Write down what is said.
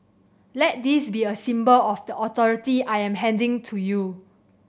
let this be a symbol of the authority I am handing to you